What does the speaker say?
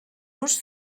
los